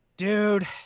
Dude